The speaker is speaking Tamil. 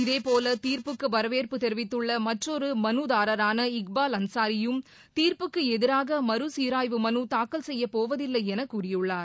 இதேபோல தீர்ப்புக்கு வரவேற்பு தெரிவித்துள்ள மற்றொரு மனுதாரரான இக்பால் அன்ளாியும் தீர்ப்புக்கு எதிராக மறுசீராய்வு மனு தாக்கல் செய்ய போவதில்லை என கூறியுள்ளார்